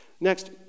Next